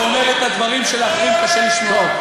ואומר את הדברים שלאחרים קשה לשמוע.